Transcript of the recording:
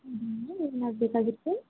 ಹ್ಞೂ ಹ್ಞೂ ಏನಾಗಬೇಕಾಗಿತ್ತು